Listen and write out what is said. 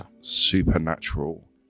supernatural